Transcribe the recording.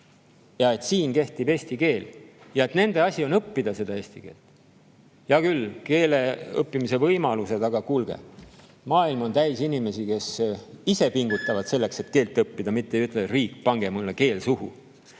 siin kehtib eesti keel ja nende asi on õppida eesti keelt. Hea küll, keele õppimise võimalused. Aga kuulge, maailm on täis inimesi, kes ise pingutavad selleks, et keelt õppida, mitte ei ütle: "Riik, pane mulle keel suhu."